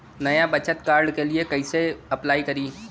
नया बचत कार्ड के लिए कइसे अपलाई करी?